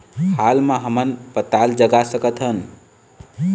हाल मा हमन पताल जगा सकतहन?